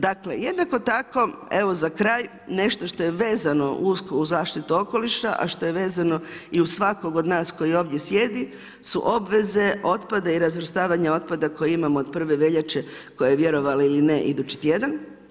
Dakle, jednako tako, evo za kraj, nešto što je vezano, usko, uz zaštitu okoliša, a što je vezano i uz svakog od nas koji ovdje sjedi su obveze, otpada i razvrstavanje otpada koje imamo od 1. veljače, koje vjerovali ili ne je idući tjedan.